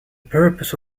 purpose